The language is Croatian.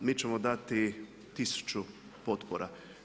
Mi ćemo dati tisuću potpora.